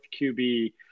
QB